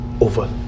over